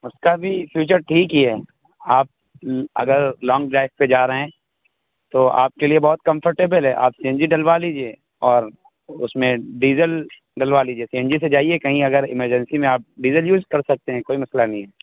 اس کا بھی فیوچر ٹھیک ہی ہے آپ ل اگر لانگ ڈرائیو پہ جا رہے ہیں تو آپ کے لیے بہت کمفرٹیبل ہے آپ سی این جی ڈلوا لیجیے اور اس میں ڈیزل ڈلوا لیجیے سی این جی سے جائیے کہیں اگر ایمرجنسی میں آپ ڈیزل یوز کر سکتے ہیں کوئی مسئلہ نہیں ہے